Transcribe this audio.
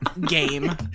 game